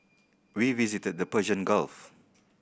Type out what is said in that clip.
we visited the Persian Gulf